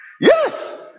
Yes